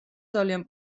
ძალიან